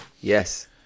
Yes